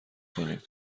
کنیم